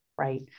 right